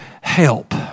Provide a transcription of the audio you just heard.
help